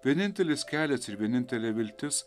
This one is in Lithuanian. vienintelis kelias ir vienintelė viltis